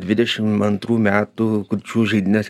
dvidešim antrų metų kurčiųjų žaidynės